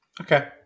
Okay